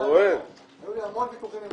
היו לי המון ויכוחים עם